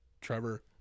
trevor